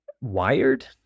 wired